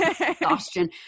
exhaustion